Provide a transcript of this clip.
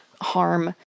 harm